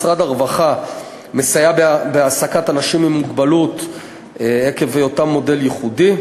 משרד הרווחה מסייע בהעסקת אנשים עם מוגבלות עקב היותם מודל ייחודי,